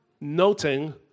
noting